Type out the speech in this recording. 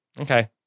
Okay